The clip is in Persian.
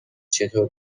چطور